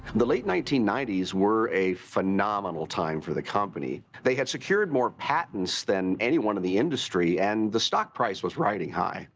the late nineteen ninety s were a phenomenal time for the company. they had secured more patents than anyone in the industry and the stock price was riding high.